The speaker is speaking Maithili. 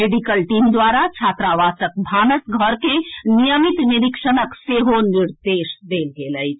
मेडिकल टीम द्वारा छात्रावासक भानस घर के नियमित निरीक्षणक सेहो निर्देश देल गेल अछि